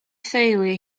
theulu